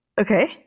Okay